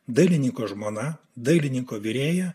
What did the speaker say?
dailininko žmona dailininko virėja